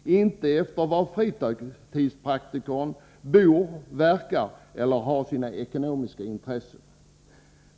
och inte efter var fritidspraktikern bor, verkar eller har sina ekonomiska intressen.